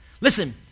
Listen